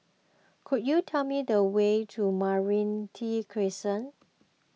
could you tell me the way to Meranti Crescent